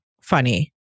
funny